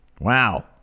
Wow